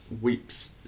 weeps